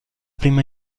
prima